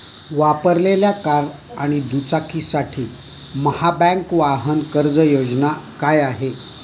वापरलेल्या कार आणि दुचाकीसाठी महाबँक वाहन कर्ज योजना काय आहे?